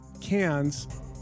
cans